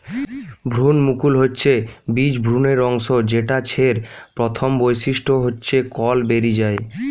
ভ্রূণমুকুল হচ্ছে বীজ ভ্রূণের অংশ যেটা ছের প্রথম বৈশিষ্ট্য হচ্ছে কল বেরি যায়